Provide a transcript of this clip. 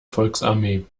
volksarmee